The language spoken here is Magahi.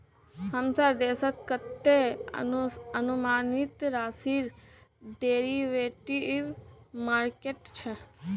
हमसार देशत कतते अनुमानित राशिर डेरिवेटिव मार्केट छ